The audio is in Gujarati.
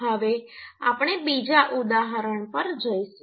હવે આપણે બીજા ઉદાહરણ પર જઈશું